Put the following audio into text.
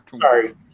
Sorry